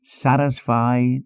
Satisfied